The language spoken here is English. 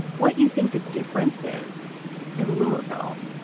what you think the differences in louisville,